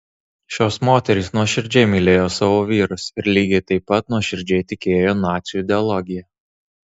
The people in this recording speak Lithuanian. šios moterys nuoširdžiai mylėjo savo vyrus ir lygiai taip pat nuoširdžiai tikėjo nacių ideologija